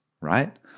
right